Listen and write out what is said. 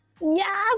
Yes